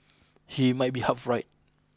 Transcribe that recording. he might be half right